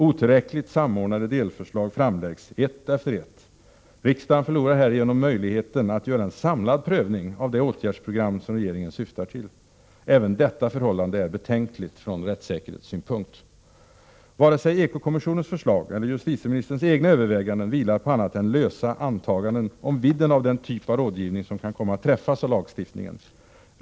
Otillräckligt samordnade delförslag framläggs ett efter ett. Riksdagen förlorar härigenom möjligheten att göra en samlad prövning av det åtgärdsprogram som regeringen syftar till. Även detta förhållande är betänkligt från rättssäkerhetssynpunkt. Vare sig Ekokommissionens förslag eller justitieministerns egna överväganden vilar på annat än lösa antaganden om vidden av den typ av rådgivning som kan komma att träffas av lagstiftningen.